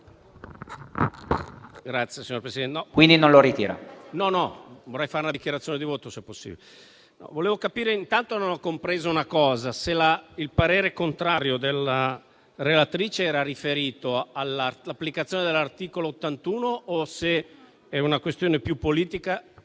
non ho compreso se il parere contrario della relatrice era riferito all'applicazione dell'articolo 81 o se si tratta di una questione più politica,